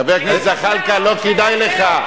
חבר הכנסת זחאלקה, לא כדאי לך.